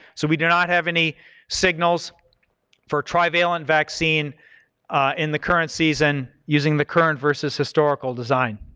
so we do not have any signals for trivalent vaccine in the current season using the current versus historical design.